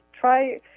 try